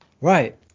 Right